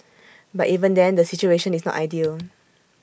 but even then the situation is not ideal